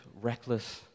reckless